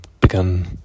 begun